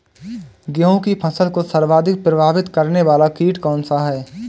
गेहूँ की फसल को सर्वाधिक प्रभावित करने वाला कीट कौनसा है?